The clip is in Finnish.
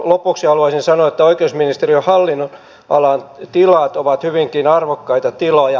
lopuksi haluaisin sanoa että oikeusministeriön hallinnonalan tilat ovat hyvinkin arvokkaita tiloja